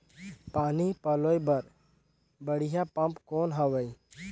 पानी पलोय बर बढ़िया पम्प कौन हवय?